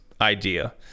idea